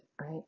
right